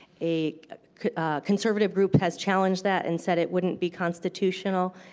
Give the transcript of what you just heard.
a conservative group has challenged that and said it wouldn't be constitutional.